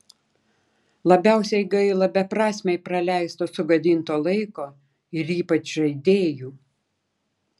labiausiai gaila beprasmiai praleisto sugadinto laiko ir ypač žaidėjų